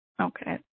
Okay